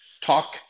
talk